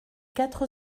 quatre